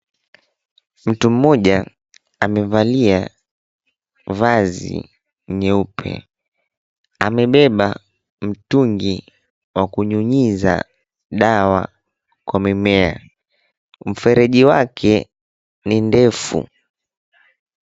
Mtu mmoja amevalia vazi nyeupe. Amebeba mtungi wa kunyunyiza dawa kwa mimea. Mfereji wake ni ndefu.